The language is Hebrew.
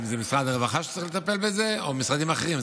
אם זה משרד הרווחה שצריך לטפל בזה או משרדים אחרים.